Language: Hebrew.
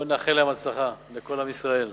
בואו נאחל להם ולכל עם ישראל הצלחה.